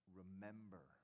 remember